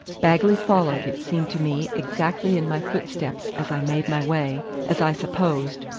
bagley followed, it seemed to me, exactly in my footsteps as i made my way, as i supposed,